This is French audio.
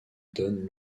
donne